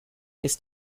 ist